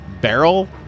barrel